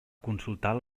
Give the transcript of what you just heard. consultar